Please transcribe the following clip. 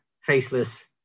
faceless